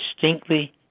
distinctly